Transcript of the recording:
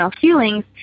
feelings